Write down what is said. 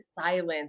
silence